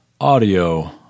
audio